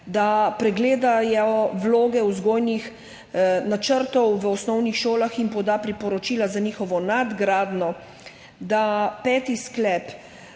da pregledajo vloge vzgojnih načrtov v osnovnih šolah in se poda priporočila za njihovo nadgradnjo. Peti sklep: